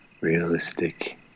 realistic